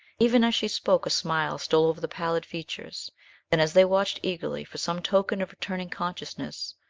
even as she spoke a smile stole over the pallid features then, as they watched eagerly for some token of returning consciousness,